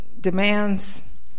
demands